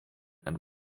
and